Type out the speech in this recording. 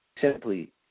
simply